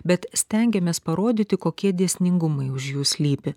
bet stengiamės parodyti kokie dėsningumai už jų slypi